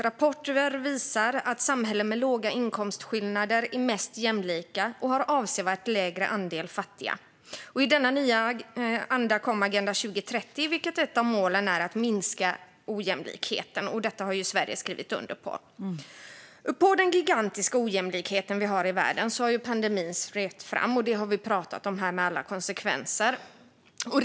Rapporter visar att samhällen med låga inkomstskillnader är mest jämlika och har avsevärt lägre andel fattiga. I denna nya anda kom Agenda 2030, i vilken ett av målen är att minska ojämlikheten. Det har Sverige skrivit under på. Ovanpå den gigantiska ojämlikheten i världen har pandemin svept fram. Vi har pratat här om alla konsekvenser av det.